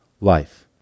life